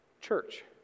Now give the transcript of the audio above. church